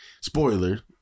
spoiler